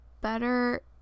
better